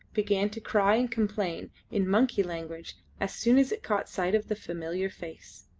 began to cry and complain in monkey language as soon as it caught sight of the familiar face.